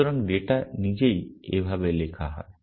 সুতরাং ডেটা নিজেই এভাবে লেখা হয়